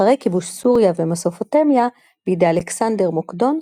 אחרי כיבוש סוריה ומסופטומיה בידי אלכסנדר מוקדון,